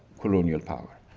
colonial power.